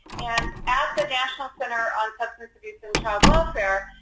and at the national center on substance abuse and child welfare,